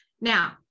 Now